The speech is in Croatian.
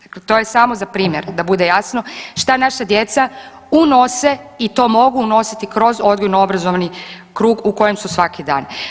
Dakle, to je samo za primjer da bude jasno šta naša djeca unose i to mogu unositi kroz odgojno obrazovni krug u kojem su svaki dan.